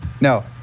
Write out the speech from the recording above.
No